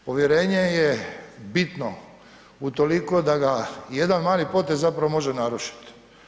Povjerenje je bitno utoliko da ga jedan mali potez zapravo može narušit.